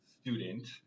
student